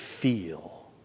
feel